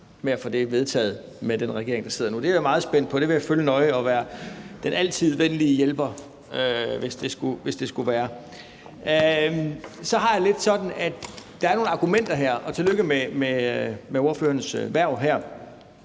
med at få det vedtaget med den regering, der sidder nu. Det er jeg meget spændt på, og det vil jeg følge nøje, og jeg vil være den altid venlige hjælper, hvis det skulle være. Så har jeg det lidt sådan, at man bruger nogle argumenter her – og tillykke med ordførerens hverv